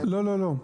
לא, לא,